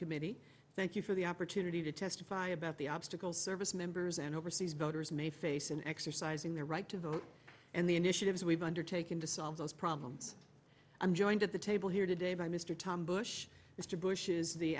subcommittee thank you for the opportunity to testify about the obstacles service members and overseas voters may face in exercising their right to vote and the initiatives we've undertaken to solve those problems i'm joined at the table here today by mr tom bush mr bush is the